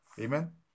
Amen